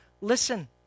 listen